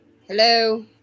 hello